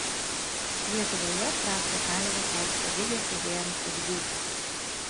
lietuvoje prastos sąlygos aukšto lygio čiuožėjams ugdyti